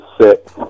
sit